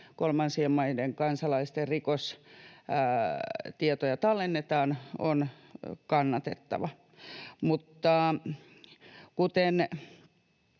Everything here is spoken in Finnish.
kolmansien maiden kansalaisten rikostietoja tallennetaan, on kannatettava. Mutta kuten